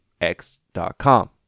X.com